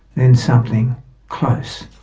then something close,